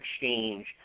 exchange